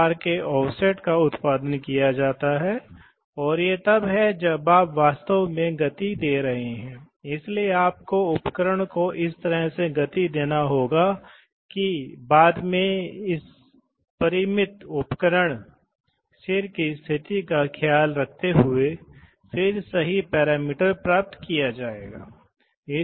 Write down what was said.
यह केवल एक उदाहरण है जो दिखाता है कि आप जानते हैं कि इस शटल वाल्व को कैस्केडिंग करके आप एक तीन इनपुट या गेट भी कर सकते हैं ताकि आप इस इस बिंदु पर जब दबाव डाला जाए जब ए या बी